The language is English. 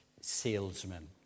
salesmen